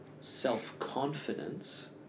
self-confidence